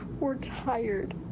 we're tired.